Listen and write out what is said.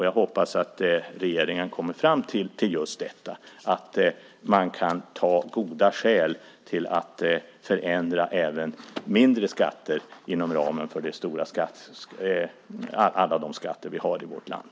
Jag hoppas att regeringen kommer fram till just detta - att man kan ta goda skäl till att förändra även mindre skatter inom ramen för alla de skatter som vi har i vårt land.